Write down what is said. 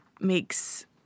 makes